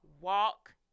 walk